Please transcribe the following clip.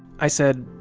i said,